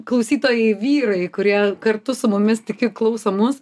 klausytojai vyrai kurie kartu su mumis tiki klauso mus